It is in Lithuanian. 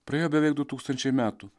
praėjo beveik du tūkstančiai metų